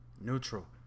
Neutral